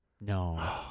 No